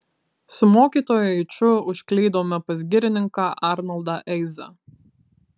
su mokytoju eiču užklydome pas girininką arnoldą eizą